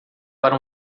para